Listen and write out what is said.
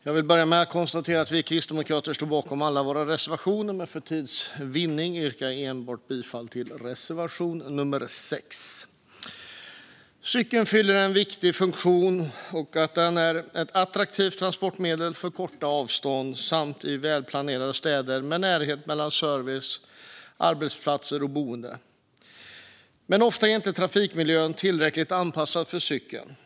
Herr talman! Vi kristdemokrater står bakom alla våra reservationer, men för tids vinnande yrkar jag bifall enbart till reservation nummer 6. Cykeln fyller en viktig funktion och är ett attraktivt transportmedel vid korta avstånd samt i välplanerade städer med närhet mellan service, arbetsplatser och boende. Men ofta är trafikmiljön inte tillräckligt anpassad för cykling.